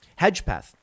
Hedgepath